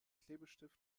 klebestift